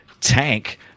tank